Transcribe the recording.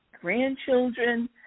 grandchildren